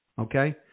Okay